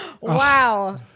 Wow